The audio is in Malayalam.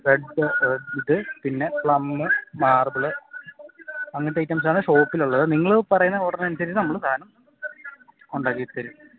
റെഡ് വെൽവെറ്റ് പിന്നെ പ്ലം മാർബിൾ അങ്ങനത്തെ ഐറ്റംസാണ് ഷോപ്പിലുള്ളത് നിങ്ങൾ പറയുന്ന ഓർഡറിനനുസരിച്ച് നമ്മൾ സാധനം ഉണ്ടാക്കി തരും